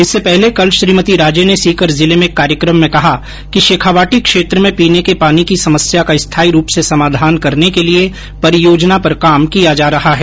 इससे पहले कल श्रीमती राजे ने सीकर जिले में एक कार्यक्रम में कहा कि शेखावाटी क्षेत्र में पीने के पानी की समस्या का स्थायी रूप से समाधान करने के लिए परियोजना पर काम किया जा रहा है